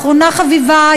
ולאחרונה חביבה,